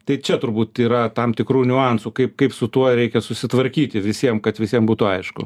tai čia turbūt yra tam tikrų niuansų kaip kaip su tuo reikia susitvarkyti visiem kad visiem būtų aišku